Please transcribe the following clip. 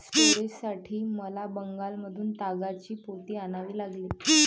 स्टोरेजसाठी मला बंगालमधून तागाची पोती आणावी लागली